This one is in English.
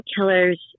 killers